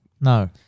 No